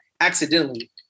accidentally